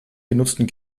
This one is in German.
genutzten